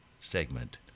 segment